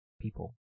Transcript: people